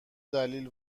دلیل